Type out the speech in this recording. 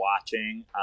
watching